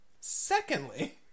Secondly